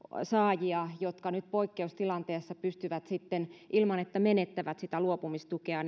saajia jotka nyt poikkeustilanteessa sitten pystyvät tekemään töitä maatiloilla ilman että menettävät sitä luopumistukea